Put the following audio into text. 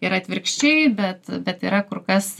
ir atvirkščiai bet bet yra kur kas